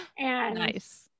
Nice